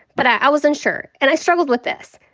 but i wasn't sure. and i struggled with this.